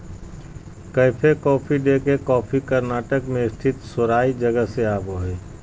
cafe Coffee Day के coffee Karnataka मे स्थित सेराई जगह से आवो हय